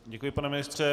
Děkuji, pane ministře.